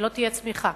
ולא תהיה צמיחה.